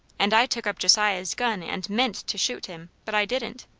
and i took up josiah's gun and meant to shoot him but i didn't.